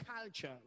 culture